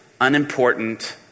unimportant